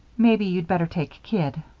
maybe you'd better take kid.